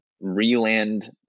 re-land